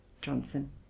Johnson